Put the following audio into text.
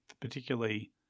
particularly